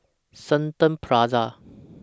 Shenton Plaza